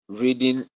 reading